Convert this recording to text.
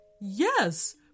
Yes